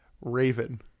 Raven